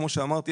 כמו שאמרתי,